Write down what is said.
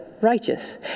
righteous